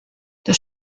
das